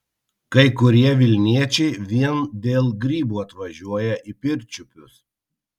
kai kurie vilniečiai vien dėl grybų atvažiuoja į pirčiupius